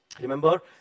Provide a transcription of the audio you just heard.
Remember